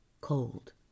cold